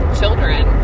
children